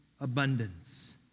abundance